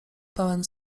pełen